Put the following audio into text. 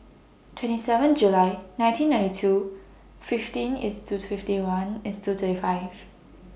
twenty seven July nineteen ninety two fifteen IS to fifty one IS to thirty five